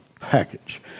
Package